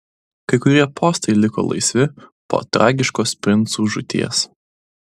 kai kurie postai liko laisvi po tragiškos princų žūties